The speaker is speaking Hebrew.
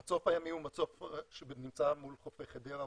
המצוף הימי הוא מצוף שנמצא מול חופי חדרה,